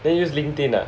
then use LinkedIn ah